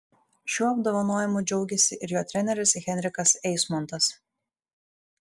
šiuo apdovanojimu džiaugėsi ir jo treneris henrikas eismontas